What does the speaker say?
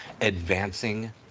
Advancing